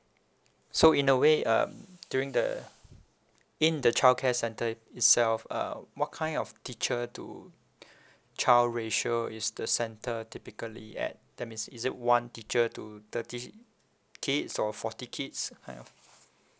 so in a way um during the in the childcare centre itself uh what kind of teacher to child ratio is the centre typically at that means is it one teacher to thirty kids or forty kids kind of